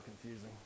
confusing